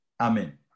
Amen